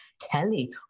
telly